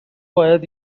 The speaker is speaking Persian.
باید